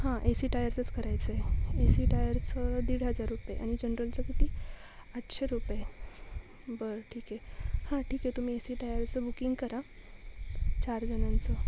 हां A C टायर्सच करायचं आहे ए सी टायरचं दीड हजार रुपये आणि जनरलचं किती आठशे रुपये बरं ठीक आहे हां ठीक आहे तुम्ही ए सी टायरचं बुकिंग करा चार जणांचं